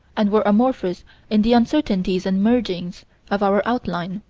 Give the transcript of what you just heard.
and we're amorphous in the uncertainties and mergings of our outline.